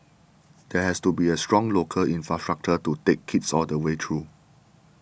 there has to be a strong local infrastructure to take kids all the way through